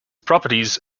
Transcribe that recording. properties